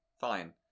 fine